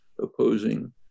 opposing